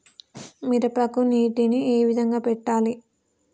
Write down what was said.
మిరపకి నీటిని ఏ విధంగా పెట్టాలి?